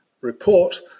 report